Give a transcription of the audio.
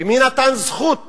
ומי נתן זכות